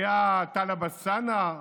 היה טלב אלסאנע,